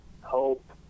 hope